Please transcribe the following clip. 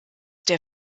der